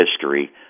history